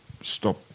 stop